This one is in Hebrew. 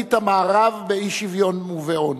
"שיאנית המערב באי-שוויון ובעוני",